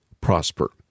prosper